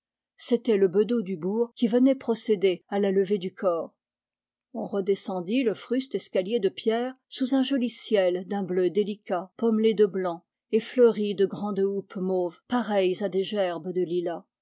c'était le bedeau du bourg qui venait procéder à la levée du corps on redescendit le fruste escalier de pierre sous un joli ciel d'un bleu délicat pommelé de blanc et fleuri de grandes houppes mauves pareilles à des gerbes de lilas